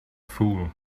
fool